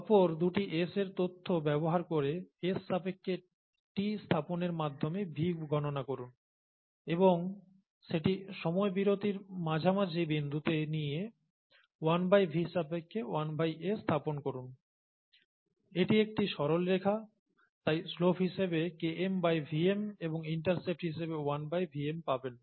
পরপর দুটি S এর তথ্য ব্যবহার করে S সাপেক্ষে T স্থাপনের মাধ্যমে V গণনা করুন এবং সেটি সময় বিরতির মাঝামাঝি বিন্দুতে নিয়ে 1V সাপেক্ষে 1S স্থাপন করুন এটি একটি সরলরেখা তাই শ্লোপ হিসাবে KmVm এবং ইন্টারসেপ্ট হিসাবে 1Vm পাবেন